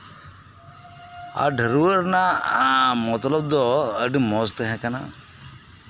ᱟᱨ ᱰᱷᱟᱹᱨᱣᱟᱹᱜ ᱨᱮᱱᱟᱜ ᱢᱚᱛᱞᱚᱵᱽ ᱫᱚ ᱟᱰᱤ ᱢᱚᱸᱡᱽ ᱛᱟᱦᱮᱸ ᱠᱟᱱᱟ